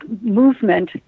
movement